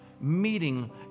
meeting